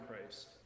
Christ